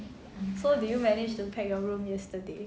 so did you manage to pack your room yesterday